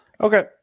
okay